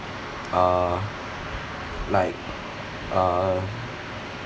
uh like uh